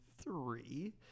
three